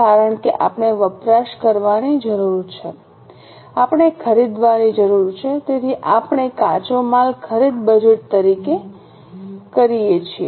કારણ કે આપણે વપરાશ કરવાની જરૂર છે આપણે ખરીદવાની જરૂર છે તેથી આપણે કાચો માલ ખરીદ બજેટ તૈયાર કરીએ છીએ